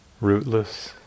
rootless